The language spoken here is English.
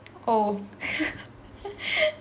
oh